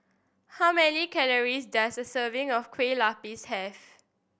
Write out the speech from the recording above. how many calories does a serving of Kueh Lupis have